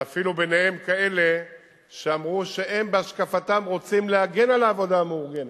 ואפילו ביניהם כאלה שאמרו שהם בהשקפתם רוצים להגן על העבודה המאורגנת,